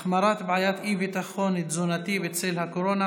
החמרת בעיית האי-ביטחון התזונתי בצל הקורונה,